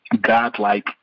godlike